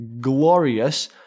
glorious